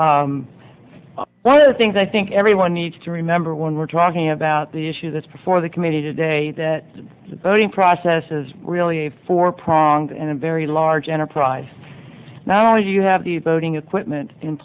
y one of the things i think everyone needs to remember when we're talking about the issue that's before the committee today that voting process is really a four pronged and a very large enterprise now you have the voting equipment in